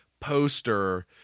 poster